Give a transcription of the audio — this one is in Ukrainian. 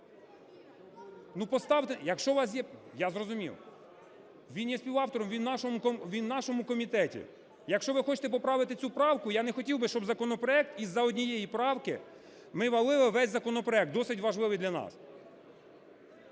Ну, поставте… Якщо у вас є… Я зрозумів. Він є співавтором, він у нашому комітеті. Якщо ви хочете поправити цю правку, я не хотів би, щоб законопроект… із-за однієї правки ми валили весь законопроект, досить важливий для нас.